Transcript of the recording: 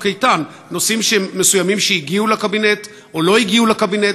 איתן" נושאים מסוימים שהגיעו לקבינט או לא הגיעו לקבינט,